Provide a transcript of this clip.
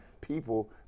people